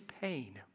pain